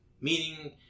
meaning